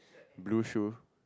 blue shoe